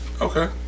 Okay